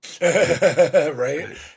Right